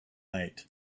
night